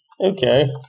Okay